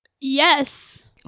Yes